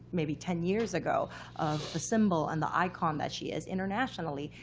maybe ten years ago, of the symbol and the icon that she is internationally,